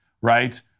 right